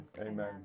Amen